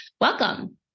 Welcome